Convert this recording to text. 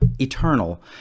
eternal